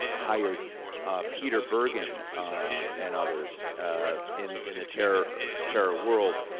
hired peter bergen and others in in the terror terror world,